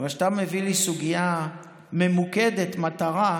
אבל כשאתה מביא לי סוגיה ממוקדת מטרה,